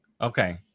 Okay